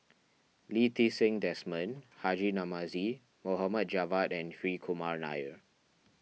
Lee Ti Seng Desmond Haji Namazie Mohd Javad and Hri Kumar Nair